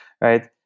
right